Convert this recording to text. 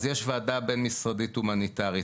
אז יש וועדה בין משרדית הומניטארית,